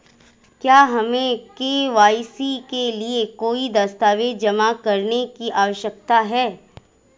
क्या हमें के.वाई.सी के लिए कोई दस्तावेज़ जमा करने की आवश्यकता है?